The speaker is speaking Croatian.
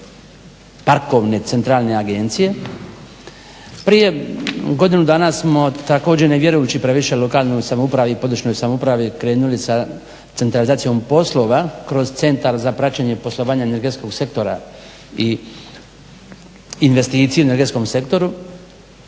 parkovne centralne agencije. Prije godinu dana smo također ne vjerujući previše lokalnoj samoupravi i područnoj samoupravi krenuli da centralizacijom poslova kroz centar za praćenje i poslovanje energetskog sektora i investicije na energetskom sektoru